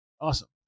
Awesome